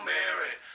Mary